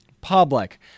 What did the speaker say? public